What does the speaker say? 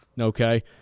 okay